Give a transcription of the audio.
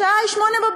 השעה היא 08:00,